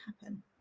happen